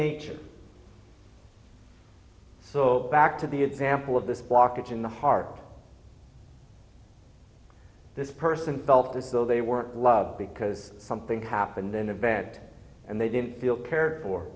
nature so back to the example of this blockage in the heart this person felt as though they were love because something happened in a bed and they didn't feel cared for